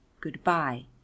goodbye